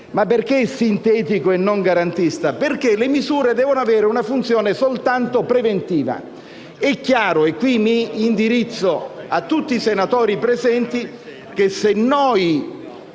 Perché è sintetico e non garantista? Perché le misure devono avere una funzione soltanto preventiva. È chiaro - e qui mi indirizzo a tutti i senatori presenti - che, se noi